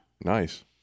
Nice